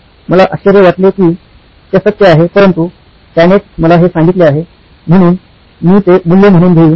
मला आश्चर्य वाटले की ते सत्य आहे परंतु त्यानेच मला हे सांगितले आहे म्हणून मी ते मूल्ये म्हणून घेईन